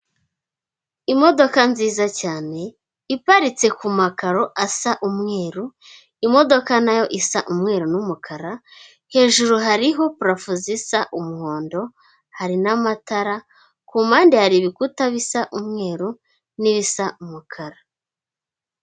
Imodoka nziza cyane iparitse ku makaro asa umweru, imodoka nayo isa umweru n'umukara hejuru hariho parafu zisa umuhondo hari n'amatara ku mpande hari ibikuta bisa umweru n'ibisa umukara.